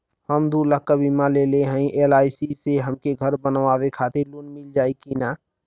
हम दूलाख क बीमा लेले हई एल.आई.सी से हमके घर बनवावे खातिर लोन मिल जाई कि ना?